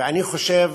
ואני חושב